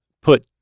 Put